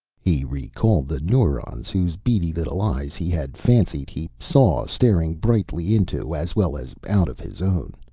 he recalled the neurons whose beady little eyes he had fancied he saw staring brightly into, as well as out of, his own.